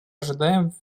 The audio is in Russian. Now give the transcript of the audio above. ожидаем